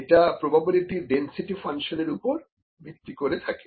এটা probability density ফাঙ্কশনের ওপর ভিত্তি করে থাকে